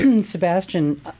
Sebastian